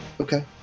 Okay